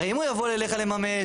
הרי אם הוא יבוא אליך לממש,